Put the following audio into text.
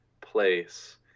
place